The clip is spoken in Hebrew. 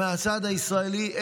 מהצד הישראלי?